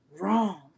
Wrong